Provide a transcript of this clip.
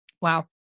Wow